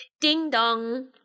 ding-dong